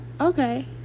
okay